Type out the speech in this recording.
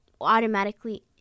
automatically